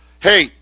hey